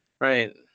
right